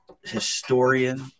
historian